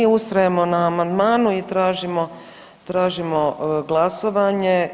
Mi ustrajemo na amandmanu i tražimo glasovanje.